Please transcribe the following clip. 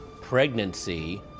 Pregnancy